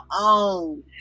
own